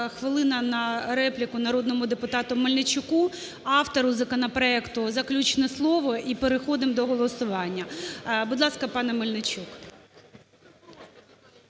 Хвилина на репліку народному депутату Мельничуку. Автору законопроекту заключне слово. І переходимо до голосування. Будь ласка, пане Мельничук.